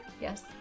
Yes